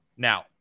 Now